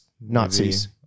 Nazis